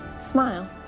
smile